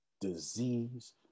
disease